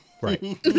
Right